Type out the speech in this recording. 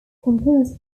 composed